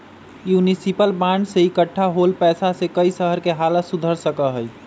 municipal bond से इक्कठा होल पैसा से कई शहर के हालत सुधर सका हई